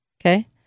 okay